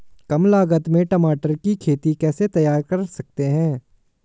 कम लागत में टमाटर की खेती कैसे तैयार कर सकते हैं?